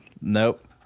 Nope